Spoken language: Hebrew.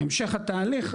בהמשך התהליך,